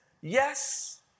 yes